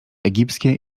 egipskie